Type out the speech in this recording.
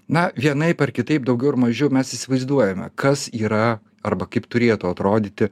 na vienaip ar kitaip daugiau ar mažiau mes įsivaizduojame kas yra arba kaip turėtų atrodyti